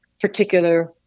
particular